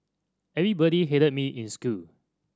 everybody hated me in school